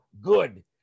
good